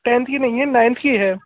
tenth की नहीं है नाइन्थ की है